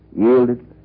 yielded